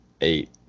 eight